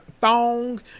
thong